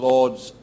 Lord's